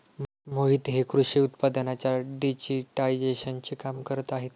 मोहित हे कृषी उत्पादनांच्या डिजिटायझेशनचे काम करत आहेत